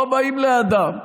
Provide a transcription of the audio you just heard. פה באים לאדם שאומר,